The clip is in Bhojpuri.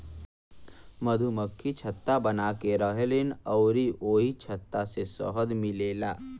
मधुमक्खि छत्ता बनाके रहेलीन अउरी ओही छत्ता से शहद मिलेला